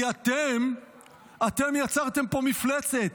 כי אתם יצרתם פה מפלצת.